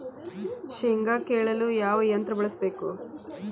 ಶೇಂಗಾ ಕೇಳಲು ಯಾವ ಯಂತ್ರ ಬಳಸಬೇಕು?